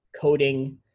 coding